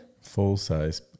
Full-size